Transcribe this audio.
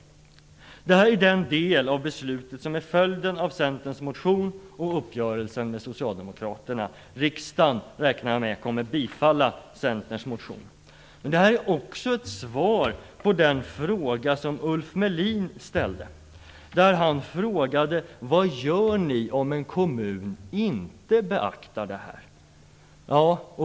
Det här är den del av beslutet som är följden av Socialdemokraterna. Riksdagen kommer, räknar jag med, att bifalla Centerns motion. Men det här är också ett svar på den fråga som Ulf Melin ställde. Han frågade: Vad gör ni om en kommun inte beaktar det här?